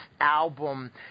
album